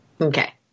okay